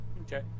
Okay